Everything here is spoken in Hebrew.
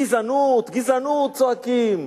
גזענות, גזענות, צועקים.